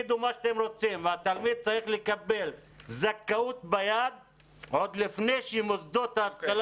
התלמיד צריך לקבל זכאות ביד עוד לפני שמוסדות ההשכלה